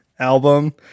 Album